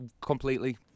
completely